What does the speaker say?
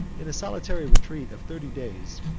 in a solitary retreat of thirty days,